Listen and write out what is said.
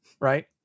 Right